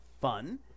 fun